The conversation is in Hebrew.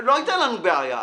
לא היתה לנו בעיה,